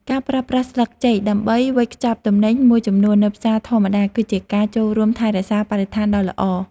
ការប្រើប្រាស់ស្លឹកចេកដើម្បីវេចខ្ចប់ទំនិញមួយចំនួននៅផ្សារធម្មតាគឺជាការចូលរួមថែរក្សាបរិស្ថានដ៏ល្អ។